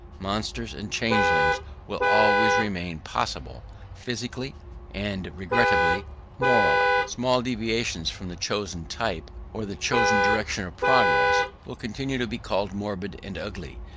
monsters and changelings will always remain possible physically and regrettable morally. small deviations from the chosen type or the chosen direction of progress will continue to be called morbid and ugly,